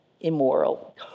immoral